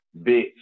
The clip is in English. bitch